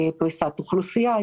פריסת אוכלוסייה.